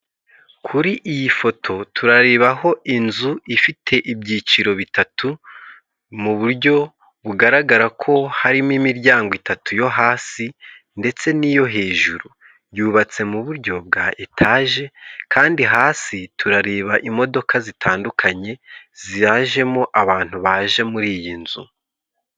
Kuri iyi foto turarebaho inzu ifite ibyiciro bitatu mu buryo bugaragara ko harimo imiryango itatu yo hasi ndetse n'iyo hejuru yubatse mu buryo bwa etaje kandi hasi turareba imodoka zitandukanye ziyajemo abantu baje muri iyi nzu.